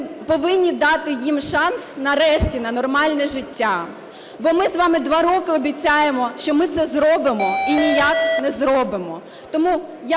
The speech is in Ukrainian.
ми повинні дати їм шанс нарешті на нормальне життя, бо ми з вами 2 роки обіцяємо, що ми це зробимо, і ніяк не зробимо.